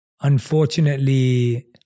unfortunately